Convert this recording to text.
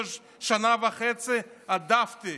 שנה וחצי הדפתי,